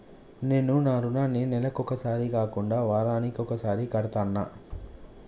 నేను నా రుణాన్ని నెలకొకసారి కాకుండా వారానికోసారి కడ్తన్నా